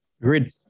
Agreed